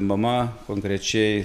mama konkrečiai